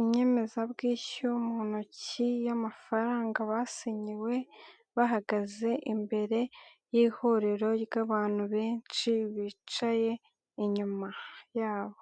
inyemezabwishyu mu ntoki y'amafaranga basinyiwe bahagaze imbere y'ihuriro ry'abantu benshi bicaye inyuma yabo.